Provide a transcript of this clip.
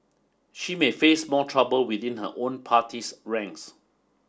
she may face more trouble within her own party's ranks